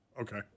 Okay